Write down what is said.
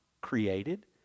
created